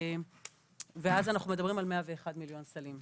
ואז אנחנו מדברים על 1,100,000 סלים,